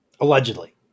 Allegedly